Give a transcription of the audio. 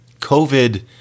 COVID